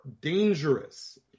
dangerous